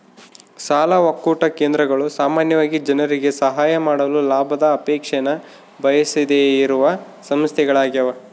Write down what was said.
ಸಾಲ ಒಕ್ಕೂಟ ಕೇಂದ್ರಗಳು ಸಾಮಾನ್ಯವಾಗಿ ಜನರಿಗೆ ಸಹಾಯ ಮಾಡಲು ಲಾಭದ ಅಪೇಕ್ಷೆನ ಬಯಸದೆಯಿರುವ ಸಂಸ್ಥೆಗಳ್ಯಾಗವ